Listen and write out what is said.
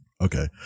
Okay